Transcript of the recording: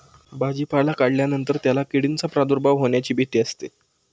भाजीपाला काढल्यानंतर त्याला किडींचा प्रादुर्भाव होण्याची भीती असते